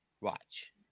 Watch